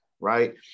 right